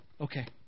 Okay